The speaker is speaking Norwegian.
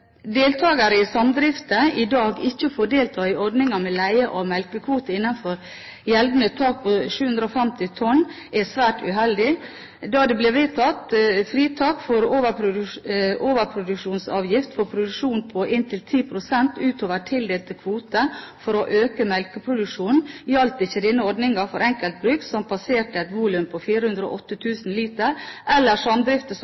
deltakere i samdriften i dag ikke får delta i ordningen med leie av melkekvoter innenfor gjeldende tak på 750 tonn, er svært uheldig. Da det ble vedtatt fritak for overproduksjonsavgift for produksjon på inntil 10 pst. utover tildelt kvote for å øke melkeproduksjonen, gjaldt ikke denne ordningen for enkeltbruk som passerer et volum på 408 000 liter, eller samdrifter som